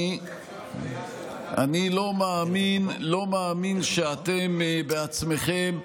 אני לא מאמין שאתם בעצמכם,